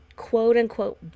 quote-unquote